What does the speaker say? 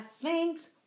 thanks